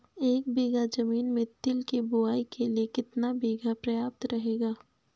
एक बीघा ज़मीन में तिल की बुआई के लिए कितना बीज प्रयाप्त रहेगा?